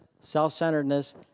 self-centeredness